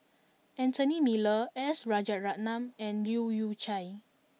Anthony Miller S Rajaratnam and Leu Yew Chye